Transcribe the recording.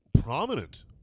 prominent